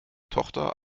tochter